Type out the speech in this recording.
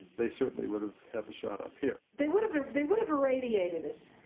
they certainly would've had a shot up here. they would've they would've irradiated us,